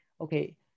okay